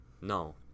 no